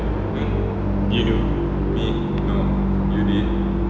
did you do